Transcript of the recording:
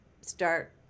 start